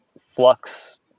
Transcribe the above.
Flux